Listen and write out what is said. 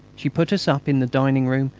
she put us up in the dining-room,